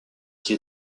qui